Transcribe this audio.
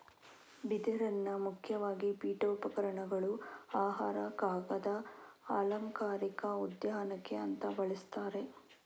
ಬಿದಿರನ್ನ ಮುಖ್ಯವಾಗಿ ಪೀಠೋಪಕರಣಗಳು, ಆಹಾರ, ಕಾಗದ, ಅಲಂಕಾರಿಕ ಉದ್ಯಾನಕ್ಕೆ ಅಂತ ಬಳಸ್ತಾರೆ